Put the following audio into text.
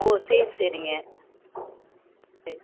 ஓ சரி சரிங்க ம் சரி